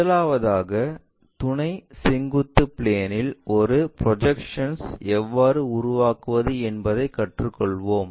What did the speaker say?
முதலாவதாக துணை செங்குத்து பிளேன் இல் ஒரு ப்ரொஜெக்ஷன்ஸ் எவ்வாறு உருவாக்குவது என்பதைக் கற்றுக்கொள்வோம்